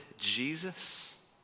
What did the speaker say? Jesus